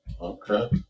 Okay